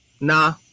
Nah